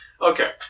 Okay